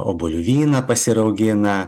obuolių vyną pasiraugina